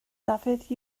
dafydd